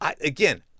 again